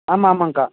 ஆமாம் ஆமாம்ங்க்கா